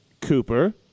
Cooper